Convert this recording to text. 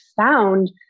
found